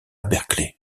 berkeley